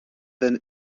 than